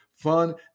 fun